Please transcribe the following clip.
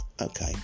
okay